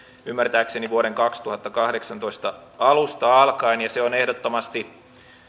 ymmärtääkseni vuoden kaksituhattakahdeksantoista alusta alkaen se on ehdottomasti